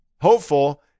hopeful